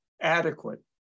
adequate